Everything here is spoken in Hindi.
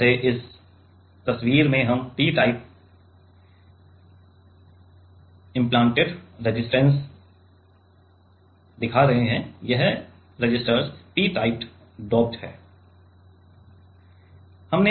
जैसे इस तस्वीर में हम p टाइप इम्प्लांटेड रेसिस्टर्स दिखा रहे हैं इसलिए यह रेसिस्टर्स p टाइप डोप्ड हैं